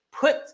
put